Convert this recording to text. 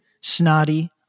snotty